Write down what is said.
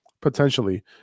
potentially